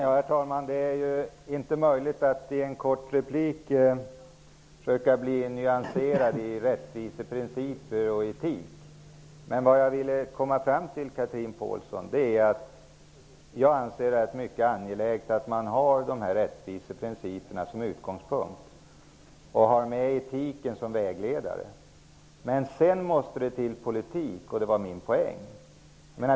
Herr talman! Det är inte möjligt att i en kort replik försöka vara nyanserad om rättviseprinciper och etik. Men jag anser, Chatrine Pålsson, att det är mycket angeläget att ha rättviseprinciperna som utgångspunkt och att etiken skall vara vägledande. Men min poäng var att det sedan måste till politik.